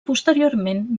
posteriorment